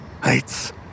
Heights